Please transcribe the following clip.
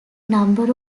number